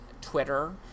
Twitter